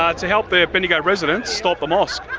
ah to help the bendigo residents stop the mosque.